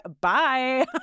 Bye